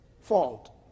fault